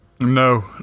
No